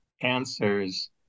answers